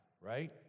right